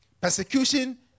Persecution